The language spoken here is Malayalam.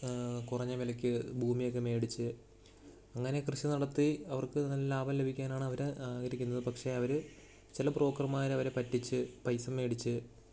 കുറഞ്ഞ വിലയ്ക്ക് ഭൂമിയൊക്കെ മേടിച്ച് അങ്ങനെ കൃഷി നടത്തി അവർക്ക് നല്ല ലാഭം ലഭിക്കാനാണവർ ആഗ്രഹിക്കുന്നത് പക്ഷെ അവർ ചില ബ്രോക്കർമാരവരെ പറ്റിച്ച് പൈസ മേടിച്ച്